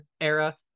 era